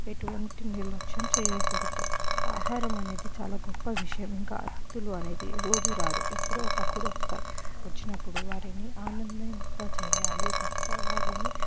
ఎటువంటి నిర్లక్ష్యం చేయకూడదు ఆహారం అనేది చాలా గొప్ప విషయం ఇంకా అతిథులు అనేది రోజు రారు ఎప్పుడో ఒకప్పుడు వస్తారు వచ్చినప్పుడు వారిని ఆనందింప చేయాలి తప్ప వారిని